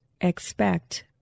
expect